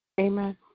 Amen